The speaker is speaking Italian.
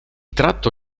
tratto